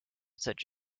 such